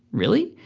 really?